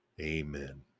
Amen